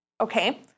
okay